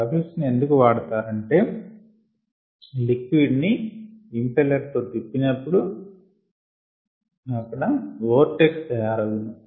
baffles ని ఎందుకు వాడతారంటే లిక్విడ్ ని ఇంపెల్లర్ తో తిప్పినపుడు అక్కడ వొర్టెక్స్ తయారగును